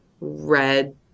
red